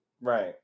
right